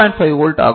5 volt ஆகும்